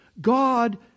God